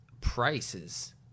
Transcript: prices